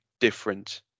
different